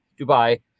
Dubai